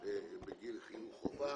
בגיל חינוך חובה.